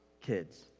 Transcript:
kids